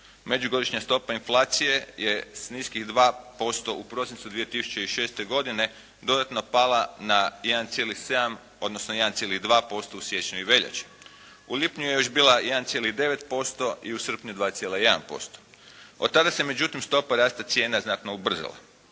Međugodišnja stopa inflacije je s niskih 2% u prosincu 2006. godine dodatno pala na 1,7 odnosno 1,2% u siječnju i veljači. U lipnju je već bila 1,9% i u srpnju 2,1%. Od tada se međutim stopa rasta cijena znatno ubrzala.